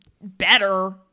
better